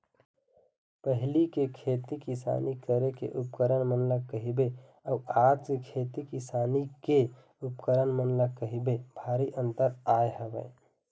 पहिली के खेती किसानी करे के उपकरन मन ल कहिबे अउ आज के खेती किसानी के उपकरन मन ल कहिबे भारी अंतर आय हवय